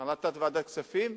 החלטת ועדת הכספים.